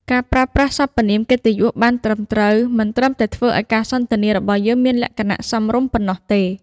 ការប្រើប្រាស់សព្វនាមកិត្តិយសបានត្រឹមត្រូវ មិនត្រឹមតែធ្វើឱ្យការសន្ទនារបស់យើងមានលក្ខណៈសមរម្យប៉ុណ្ណោះទេ។